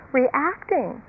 reacting